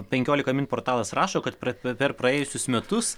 penkiolika min portalas rašo kad pre per praėjusius metus